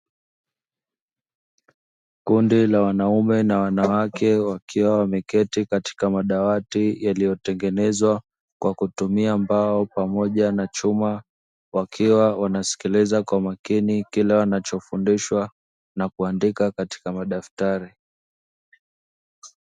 Kundi la wanaume na wanawake wakiwa wameketi katika madawati yaliyotengenezwa kwa kutumia mbao pamoja na chuma, wakiwa wanasikiliza kwa umakini kile wanachofundishwa na kuandika katika madaftari.